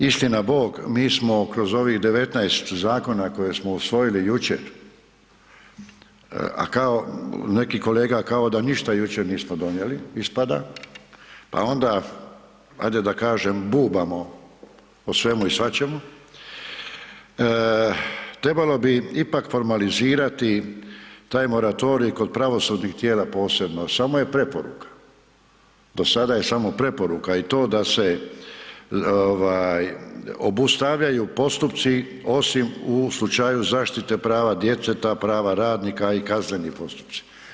Istina bog mi smo kroz ovih 19 zakona koje smo usvojili jučer, a kao neki kolega, kao da ništa jučer nismo donijeli ispada, pa onda ajde da kažem bubamo o svemu i svačemu, trebalo bi ipak formalizirati taj moratorij kod pravosudnih tijela posebno, samo je preporuka, do sada je samo preporuka i to da se ovaj obustavljaju postupci osim u slučaju zaštite djece ta prava radnika i kazneni postupci.